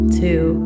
two